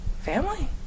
family